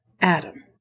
Adam